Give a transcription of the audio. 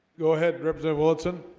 go ahead represent wilson